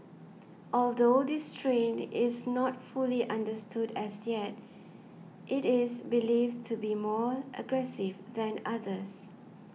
although this strain is not fully understood as yet it is believed to be more aggressive than others